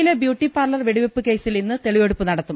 കൊച്ചിയിലെ ബ്യൂട്ടിപാർലർ വെടിവെപ്പ് കേസിൽ ഇന്ന് തെളി വെടുപ്പ് നടത്തും